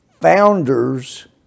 Founders